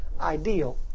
ideal